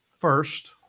first